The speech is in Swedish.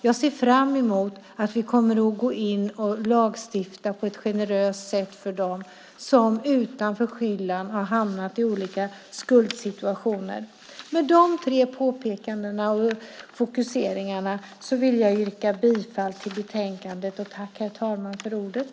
Jag ser fram mot att vi kommer att lagstifta på ett generöst sätt för dem som utan förskyllan har hamnat i olika skuldsituationer. Med dessa tre påpekanden och fokuseringar yrkar jag bifall till förslaget i betänkandet.